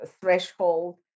threshold